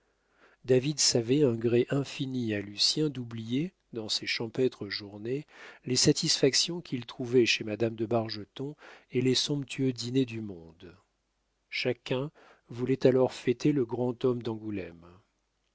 david savait un gré infini à lucien d'oublier dans ces champêtres journées les satisfactions qu'il trouvait chez madame de bargeton et les somptueux dîners du monde chacun voulait alors fêter le grand homme d'angoulême